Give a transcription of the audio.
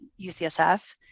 UCSF